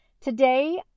Today